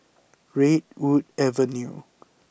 Redwood Avenue